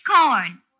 corn